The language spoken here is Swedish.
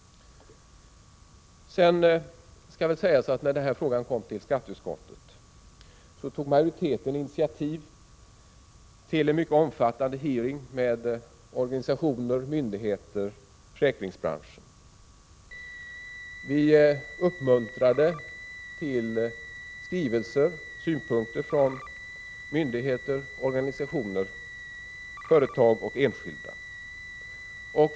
Sedan skall väl sägas att majoriteten, när frågan kom till skatteutskottet, tog initiativ till en mycket omfattande hearing med organisationer, myndigheter och försäkringsbranschen. Vi uppmuntrade till skrivelser med synpunkter från myndigheter, organisationer, företag och enskilda.